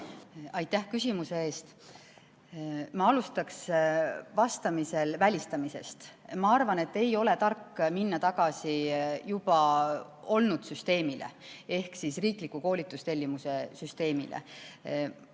Aitäh küsimuse eest! Ma alustaks vastates välistamisest. Ma arvan, et ei ole tark minna tagasi juba olnud süsteemile ehk riikliku koolitustellimuse süsteemile.